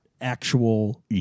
actual